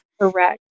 correct